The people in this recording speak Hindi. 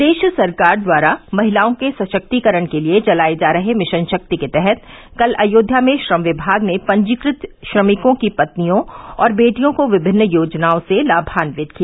प्रदेश सरकार द्वारा महिलाओं के सशक्तीकरण के लिये चलाये जा रहे मिशन शक्ति के तहत कल अयोध्या में श्रम विभाग ने पंजीकृत श्रमिकों की पत्नियों और बेटियों को विभिन्न योजनाओं से लाभान्वित किया